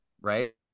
right